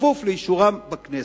כפוף לאישורם בכנסת.